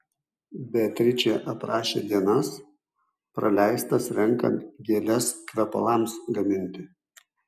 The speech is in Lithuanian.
beatričė aprašė dienas praleistas renkant gėles kvepalams gaminti